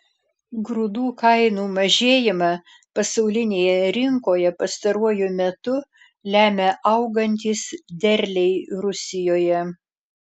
grūdų kainų mažėjimą pasaulinėje rinkoje pastaruoju metu lemia augantys derliai rusijoje